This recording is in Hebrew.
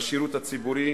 בשירות הציבורי